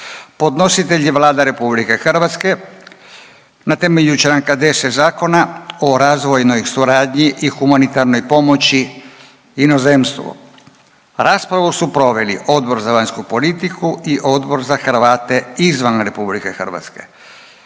Podnositelj je Vlada RH na temelju čl. 10. Zakona o razvojnoj suradnji i humanitarnoj pomoći inozemstvu. Raspravu su proveli Odbor za vanjsku politiku i Odbor za Hrvate izvan RH.